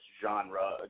genre